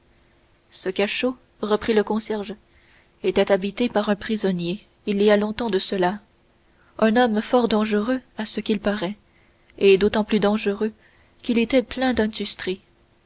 ce cachot reprit le concierge était habité par un prisonnier il y a longtemps de cela un homme fort dangereux à ce qu'il paraît et d'autant plus dangereux qu'il était plein d'industrie